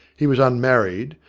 he was unmarried,